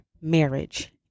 marriage